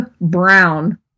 Brown